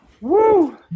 Woo